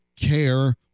care